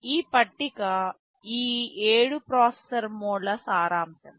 ఈ పట్టిక ఈ 7 ప్రాసెసర్ మోడ్ల సారాంశము